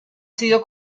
sido